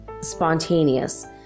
spontaneous